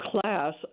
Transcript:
class